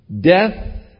death